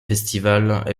festivals